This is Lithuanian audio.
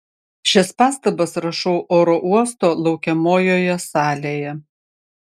šias pastabas rašau oro uosto laukiamojoje salėje